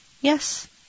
Yes